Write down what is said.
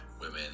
women